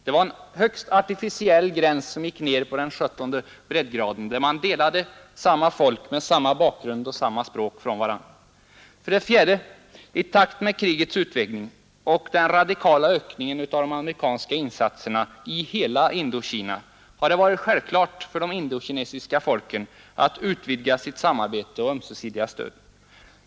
Det var en högst artificiell gräns, som drogs vid den 17:e breddgraden, där man delade upp samma folk, med samma bakgrund och samma språk i två delar. För det fjärde har det i takt med krigets utveckling och den radikala ökningen av de amerikanska insatserna i hela Indokina varit självklart för de indokinesiska folken att utvidga sitt samarbete och sitt ömsesidiga stöd.